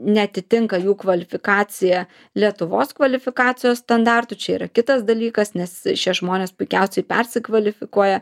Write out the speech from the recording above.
neatitinka jų kvalifikacija lietuvos kvalifikacijos standartų čia yra kitas dalykas nes šie žmonės puikiausiai persikvalifikuoja